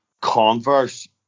converse